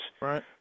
Right